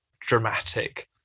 dramatic